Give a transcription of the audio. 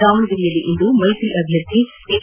ದಾವಣಗೆರೆಯಲ್ಲಿಂದು ಮೈತ್ರಿ ಅಭ್ಯರ್ಥಿ ಎಚ್